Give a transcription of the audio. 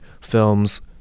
films